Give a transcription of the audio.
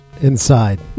Inside